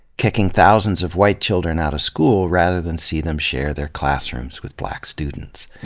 kicking thousands of white children out of school rather than see them share their classrooms with black students.